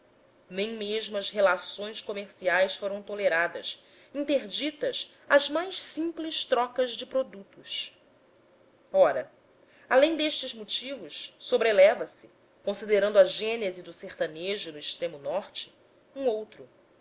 nem mesmo as relações comerciais foram toleradas interditas as mais simples trocas de produtos ora além destes motivos sobreleva se considerando a gênese do sertanejo no extremo norte um outro